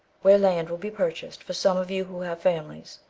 where land will be purchased for some of you who have families,